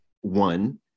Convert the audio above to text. one